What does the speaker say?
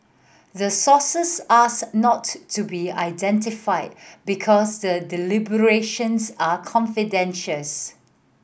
the sources asked not to to be identified because the deliberations are confidential's